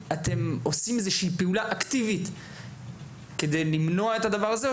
עושים איזושהי פעולה אקטיבית כדי למנוע את הדבר הזה או